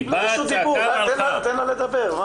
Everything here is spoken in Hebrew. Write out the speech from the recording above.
היא באה, צעקה, הלכה.